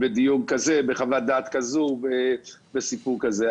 בדיון כזה, בחוות דעת כזאת, בסיפור כזה.